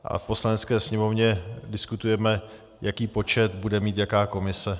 A v Poslanecké sněmovně diskutujeme, jaký počet bude mít jaká komise.